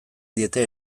diete